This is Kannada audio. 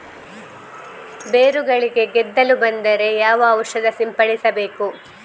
ಬೇರುಗಳಿಗೆ ಗೆದ್ದಲು ಬಂದರೆ ಯಾವ ಔಷಧ ಸಿಂಪಡಿಸಬೇಕು?